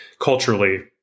culturally